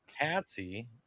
Patsy